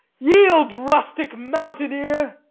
yield, rustic mountaineer.